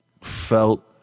felt